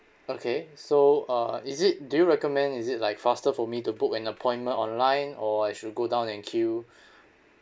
okay so uh is it do you recommend is it like faster for me to book an appointment online or I should go down and queue